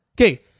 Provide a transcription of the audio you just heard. okay